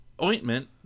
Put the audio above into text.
ointment